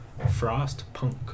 Frostpunk